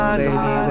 baby